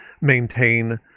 maintain